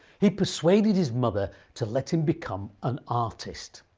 he persuaded his mother to let him become an artist.